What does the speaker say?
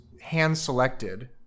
hand-selected